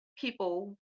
people